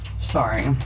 Sorry